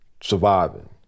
surviving